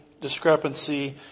discrepancy